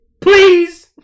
please